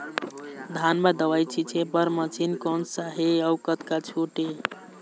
धान म दवई छींचे बर मशीन कोन सा हे अउ कतका छूट हे?